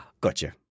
Gotcha